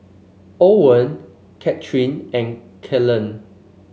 Owen Katherine and Cale